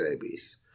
babies